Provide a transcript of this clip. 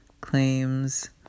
Claims